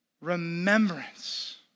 remembrance